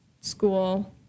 school